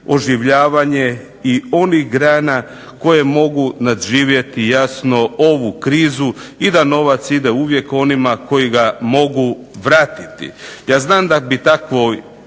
oživljavanje i onih grana koje mogu nadživjeti ovu krizu i da novac ide uvijek onima koji ga mogu vratiti. Ja znam da bi takvi